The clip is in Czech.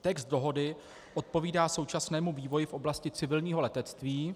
Text dohody odpovídá současnému vývoji v oblasti civilního letectví.